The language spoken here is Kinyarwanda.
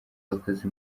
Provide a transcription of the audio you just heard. yakoze